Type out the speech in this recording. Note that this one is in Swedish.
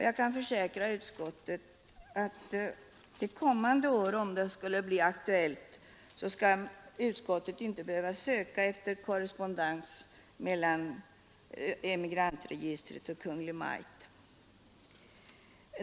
Jag kan försäkra utskottet att till kommande år, om det skulle bli aktuellt, skall utskottet inte behöva söka efter korrespondens mellan Emigrantregistret och Kungl. Maj:t.